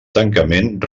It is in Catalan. tancament